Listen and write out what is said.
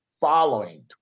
following